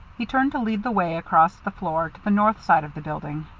he turned to lead the way across the floor to the north side of the building.